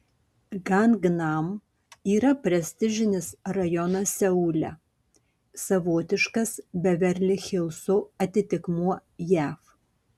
gangnam yra prestižinis rajonas seule savotiškas beverli hilso atitikmuo jav